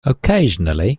occasionally